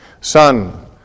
Son